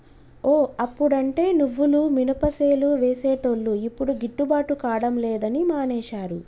ఓ అప్పుడంటే నువ్వులు మినపసేలు వేసేటోళ్లు యిప్పుడు గిట్టుబాటు కాడం లేదని మానేశారు